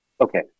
Okay